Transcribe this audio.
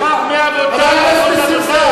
הוא שכח מי אבותיו ואבות אבותיו.